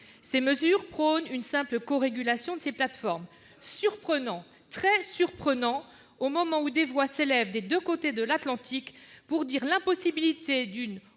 Ces mesures prônent une simple corégulation de ces plateformes. Surprenant, très surprenant, au moment où des voix s'élèvent des deux côtés de l'Atlantique pour dire l'impossibilité d'une